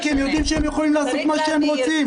הם יודעים שהם יכולים לעשות מה שהם רוצים.